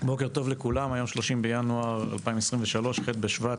בוקר טוב לכולם, היום 30/1/2023, ח' בשבט,